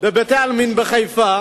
שבבתי-עלמין בחיפה